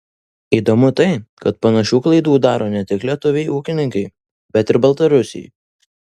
įdomu tai kad panašių klaidų daro ne tik lietuviai ūkininkai bet ir baltarusiai